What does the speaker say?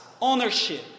ownership